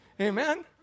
Amen